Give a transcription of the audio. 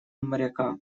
моряка